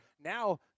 Now